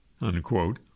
unquote